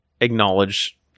acknowledge